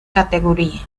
categoría